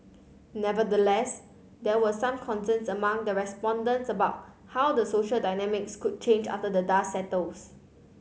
nevertheless there were some concerns among the respondents about how the social dynamics could change after the dust settles